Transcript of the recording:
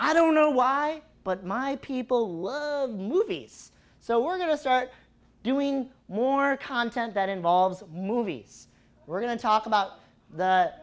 i don't know why but my people were movies so we're going to start doing more content that involves movies we're going to talk about